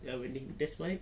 ya that's why